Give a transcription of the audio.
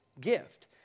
gift